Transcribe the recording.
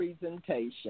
presentation